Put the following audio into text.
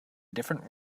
different